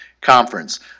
conference